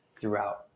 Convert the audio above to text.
throughout